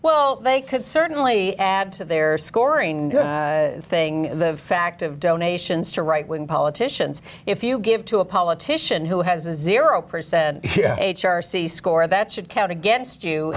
well they could certainly add to their scoring thing the fact of donations to right wing politicians if you give to a politician who has a zero percent h r c score that should count against you